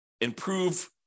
improve